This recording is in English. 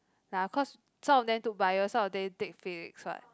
nah cause some of them took bio some of them take physics what